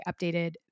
updated